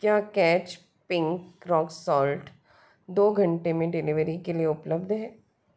क्या Catch pink rock salt दो घंटे में डिलिवरी के लिए उपलब्ध है